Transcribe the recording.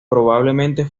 probablemente